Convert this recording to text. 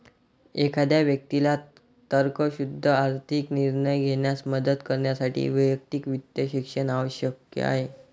एखाद्या व्यक्तीला तर्कशुद्ध आर्थिक निर्णय घेण्यास मदत करण्यासाठी वैयक्तिक वित्त शिक्षण आवश्यक आहे